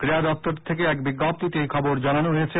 ক্রীড়া দপ্তর থেকে এক বিজ্ঞপ্তিতে এ খবর জানানো হয়েছে